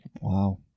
Wow